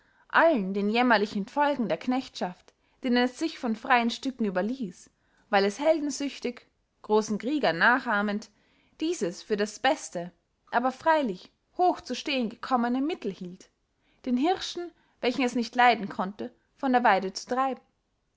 allen den jämmerlichen folgen der knechtschaft denen es sich von freyen stücken überließ weil es heldensüchtig grossen kriegern nachahmend dieses für das beste aber freylich hoch zu stehen gekommene mittel hielt den hirschen welchen es nicht leiden konnte von der weide zu treiben